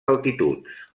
altituds